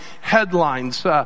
headlines